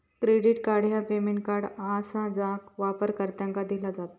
credit card ह्या payment card आसा जा वापरकर्त्यांका दिला जात